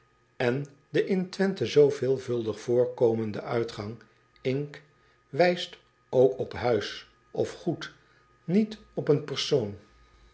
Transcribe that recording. en de in wenthe zoo veelvuldig voorkomende uitgang i n c k wijst ook op huis of goed niet op een persoon